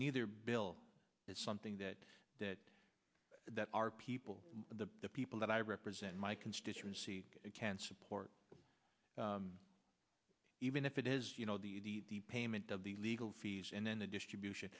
neither bill it's something that that that our people the people that i represent my constituency can support even if it is you know the payment of the legal fees and then the distribution